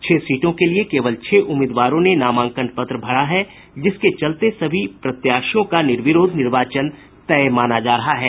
छह सीटों के लिए केवल छह उम्मीदवारों ने नामांकन पत्र दाखिल किया है जिसके चलते सभी प्रत्याशियों का निर्विरोध निर्वाचन तय माना जा रहा है